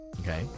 Okay